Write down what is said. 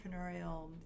entrepreneurial